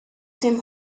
dem